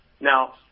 Now